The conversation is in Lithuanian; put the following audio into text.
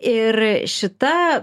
ir šita